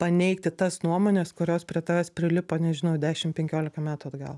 paneigti tas nuomones kurios prie tavęs prilipo nežinau dešim penkiolika metų atgal